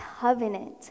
covenant